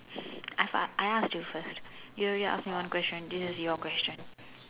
I've I asked you first you already asked me one question this is your question